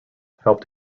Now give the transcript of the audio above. help